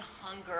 hunger